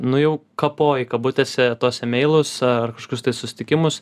nu jau kapoji kabutėse tuos emeilus ar kažkokius tai susitikimus